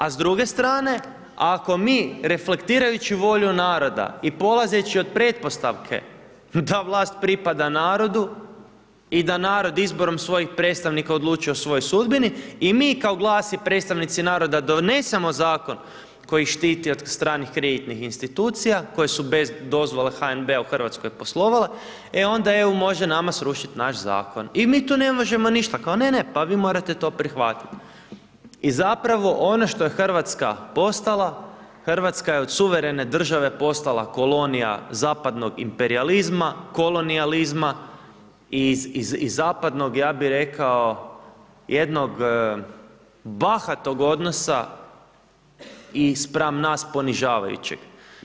A s druge strane, ako mi reflektirajući volju naroda i polazeći od pretpostavke da vlast pripada narodu i da narod izborom svojih predstavnika odlučuje o svojoj sudbini i mi kao GLAS i predstavnici naroda donesemo zakon koji štiti od stranih kreditnih institucija, koje su bez dozvole HNB-a u RH poslovale, e onda EU može nama srušit naš zakon i mi tu ne možemo ništa, kao ne, ne, pa vi morate to prihvatit i zapravo, ono što je RH postala, RH je od suvremene države postala kolonija zapadnog imperijalizma, kolonijalizma i zapadnog, ja bi rekao jednog bahatog odnosa i spram nas ponižavajućeg.